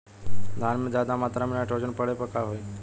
धान में ज्यादा मात्रा पर नाइट्रोजन पड़े पर का होई?